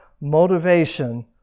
motivation